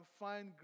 find